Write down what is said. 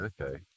Okay